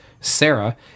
Sarah